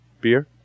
beer